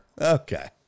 Okay